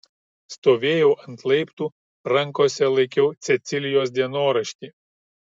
stovėjau ant laiptų rankose laikiau cecilijos dienoraštį